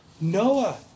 Noah